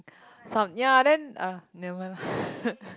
some ya then ah never mind lah